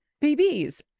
babies